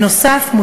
נוסף על כך,